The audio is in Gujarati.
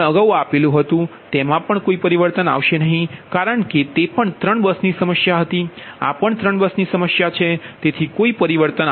તેથી તેમાં પણ કોઈ પરિવર્તન આવશે નહીં કારણ કે તે પણ 3 બસની સમસ્યા હતી આ પણ ત્રણ બસની સમસ્યા છે તેથી કોઈ પરિવર્તન નથી